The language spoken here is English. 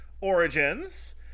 Origins